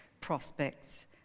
prospects